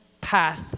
path